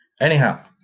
Anyhow